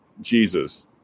Jesus